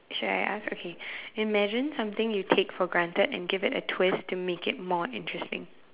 should I ask okay imagine something you take for granted and give it a twist to make it more interesting